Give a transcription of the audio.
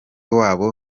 wabo